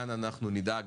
כאן אנחנו נדאג